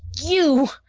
you!